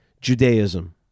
Judaism